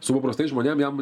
su paprastais žmonėm jam